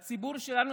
הציבור שלנו,